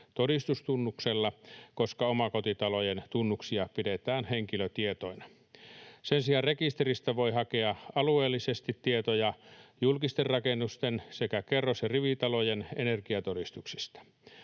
todistustunnuksella, koska omakotitalojen tunnuksia pidetään henkilötietoina. Sen sijaan rekisteristä voi hakea alueellisesti tietoja julkisten rakennusten sekä kerros- ja rivitalojen energiatodistuksista.